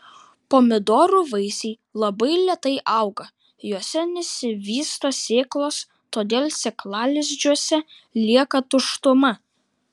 pomidorų vaisiai labai lėtai auga juose nesivysto sėklos todėl sėklalizdžiuose lieka tuštuma